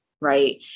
right